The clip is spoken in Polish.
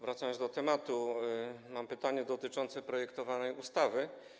Wracając do tematu, mam pytanie dotyczące projektowanej ustawy.